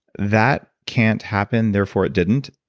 that can't happen, therefore it didn't.